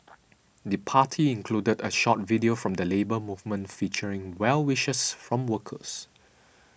the party included a short video from the Labour Movement featuring well wishes from workers